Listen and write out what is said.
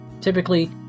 Typically